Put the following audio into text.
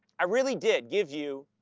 i really did give you,